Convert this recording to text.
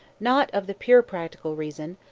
not of the pure practical reason,